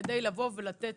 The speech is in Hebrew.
ולתת